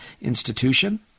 institution